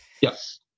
Yes